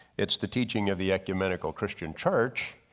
it's the teaching of the ecumenical christian church.